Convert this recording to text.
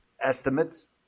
estimates